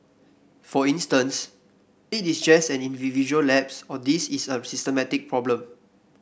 for instance it is just an individual lapse or this is a systemic problem